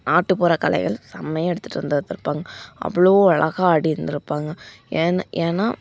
நாட்டுப்புற கலைகள் செம்மையா எடுத்துகிட்டு வந்து வந்துருப்பாங்க அவ்வளோ அழகாக ஆடியிருந்துருப்பாங்க ஏன்னு ஏன்னால்